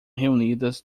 reunidas